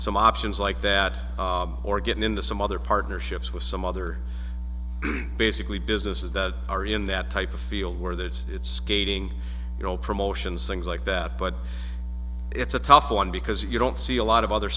some options like that or getting into some other partnerships with some other basically businesses that are in that type of feel where that it's skating you know promotions things like that but it's a tough one because you don't see a lot of other